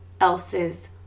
else's